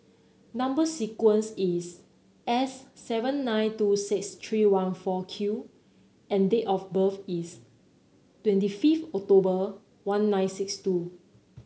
number sequence is S seven nine two six three one four Q and date of birth is twenty fifth October one nine six two